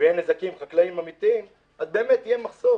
ויהיו נזקים חקלאיים אמיתיים, אז באמת יהיה מחסור